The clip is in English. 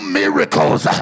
miracles